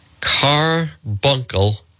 Carbuncle